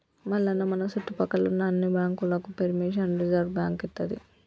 మల్లన్న మన సుట్టుపక్కల ఉన్న అన్ని బాంకులకు పెర్మిషన్ రిజర్వ్ బాంకు ఇత్తది